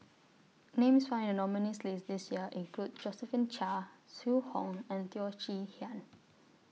Names found in The nominees' list This Year include Josephine Chia Zhu Hong and Teo Chee Hean